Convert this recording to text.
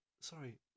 Sorry